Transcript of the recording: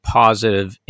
positive